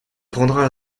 prendra